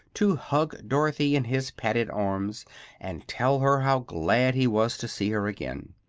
to hug dorothy in his padded arms and tell her how glad he was to see her again.